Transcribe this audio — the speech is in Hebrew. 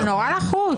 אתה נורא לחוץ.